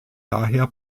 daher